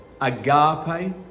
agape